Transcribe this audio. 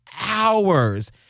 hours